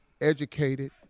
educated